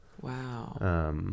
Wow